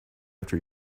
after